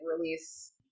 release